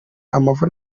amavu